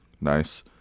Nice